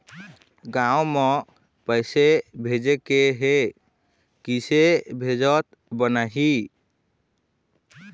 गांव म पैसे भेजेके हे, किसे भेजत बनाहि?